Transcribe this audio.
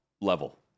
level